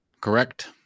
Correct